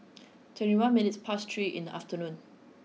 twenty one minutes past three in the afternoon